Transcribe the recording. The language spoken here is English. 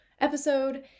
episode